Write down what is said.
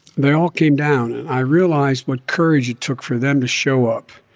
they all came down, and i realized what courage it took for them to show up,